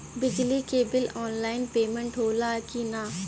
बिजली के bill online payment होला कि ना?